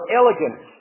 elegance